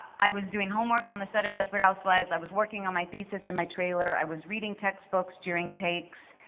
i was doing homework on the set of desperate housewives, i was working on my thesis in my trailer, i was reading textbooks during takes,